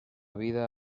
vida